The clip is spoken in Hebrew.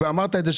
ואמרת את זה,